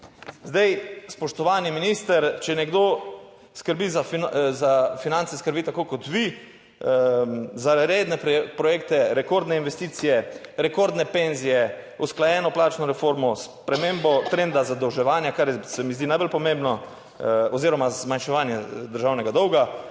Zdaj, spoštovani minister, če nekdo skrbi za, za finance skrbi tako kot vi, za redne projekte, rekordne investicije, rekordne penzije, usklajeno plačno reformo, spremembo trenda zadolževanja, kar se mi zdi najbolj pomembno, oziroma zmanjševanje državnega dolga,